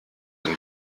ein